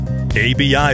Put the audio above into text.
ABI